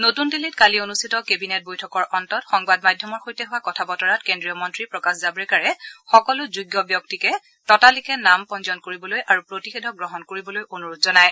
নতুন দিল্লীত কালি অনুষ্ঠিত কেবিনেট বৈঠকৰ অন্তত সংবাদ মাধ্যমৰ সৈতে হোৱা কথা বতৰাত কেন্দ্ৰীয় মন্ৰী প্ৰকাশ জাৱডেকাৰে সকলো যোগ্য ব্যক্তিকে ততালিকে নাম পঞ্জীয়ন কৰিবলৈ আৰু প্ৰতিষেধক গ্ৰহণ কৰিবলৈ অনুৰোধ জনায়